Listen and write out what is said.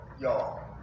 y'all